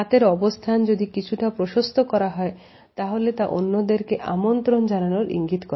হাতের অবস্থান যদি কিছুটা প্রশস্ত করা হয় তাহলে তা অন্যদেরকে আমন্ত্রণ জানানোর ইঙ্গিত করে